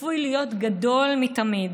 וצפוי להיות גדול מתמיד.